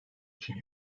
için